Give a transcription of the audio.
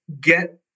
get